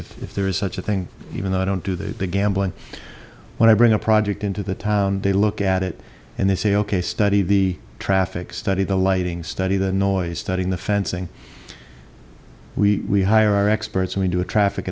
if there is such a thing even though i don't do the gambling when i bring a project into the town they look at it and they say ok study the traffic study the lighting study the noise studying the fencing we hire experts and we do a traffic